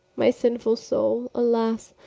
my sinful soul, alas,